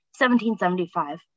1775